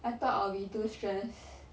I thought I'll be too stressed